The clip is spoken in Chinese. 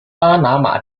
巴拿马